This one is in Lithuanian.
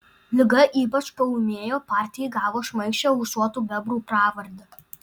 liga ypač paūmėjo partijai gavus šmaikščią ūsuotų bebrų pravardę